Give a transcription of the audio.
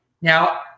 Now